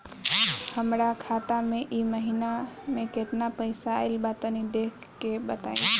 हमरा खाता मे इ महीना मे केतना पईसा आइल ब तनि देखऽ क बताईं?